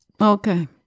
Okay